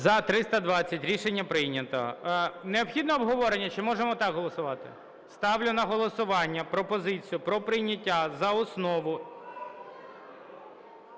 За-320 Рішення прийнято. Необхідне обговорення чи можемо так голосувати? Ставлю на голосування пропозицію про прийняття за основу…